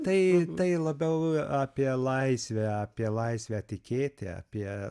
tai tai labiau apie laisvę apie laisvę tikėti apie